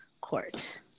court